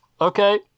okay